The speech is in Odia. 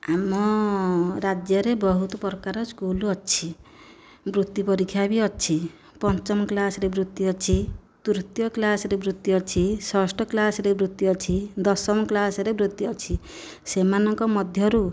ଆମ ରାଜ୍ୟରେ ବହୁତ ପ୍ରକାର ସ୍କୁଲ ଅଛି ବୃତ୍ତି ପରୀକ୍ଷା ବି ଅଛି ପଞ୍ଚମ କ୍ଲାସରେ ବୃତ୍ତି ଅଛି ତୃତୀୟ କ୍ଲାସରେ ବୃତ୍ତି ଅଛି ଷଷ୍ଠ କ୍ଲାସରେ ବୃତ୍ତି ଅଛି ଦଶମ କ୍ଲାସରେ ବୃତ୍ତି ଅଛି ସେମାନଙ୍କ ମଧ୍ୟରୁ